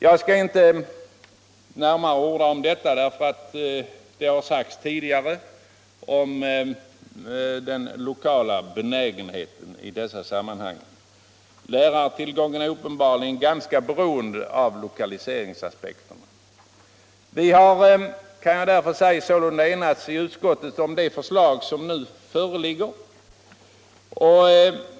Jag skall inte närmare orda om detta, för det har tidigare talats om den lokala benägenheten i dessa sammanhang. Lärartillgången är uppenbarligen ganska beroende av lokaliseringsaspekterna. Vi har sålunda enats i utskottet om det förslag som nu föreligger.